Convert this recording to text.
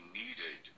needed